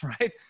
right